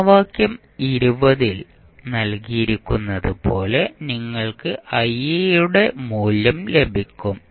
സമവാക്യം ൽ നൽകിയിരിക്കുന്നതുപോലെ നിങ്ങൾക്ക് i യുടെ മൂല്യം ലഭിക്കും